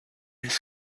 his